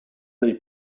they